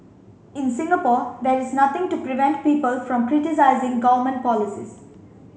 in Singapore there is nothing to prevent people from criticising government policies